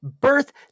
birth